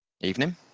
Evening